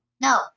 No